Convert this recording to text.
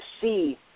see